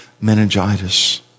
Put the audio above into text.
meningitis